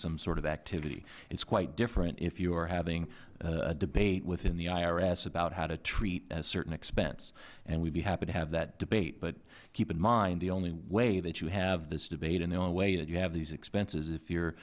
some sort of activity it's quite different if you are having a debate within the irs about how to treat a certain expense and we do have to have that debate but keep in mind the only way that you have this debate and the only way that you have these expenses is if you're